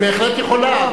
את בהחלט יכולה.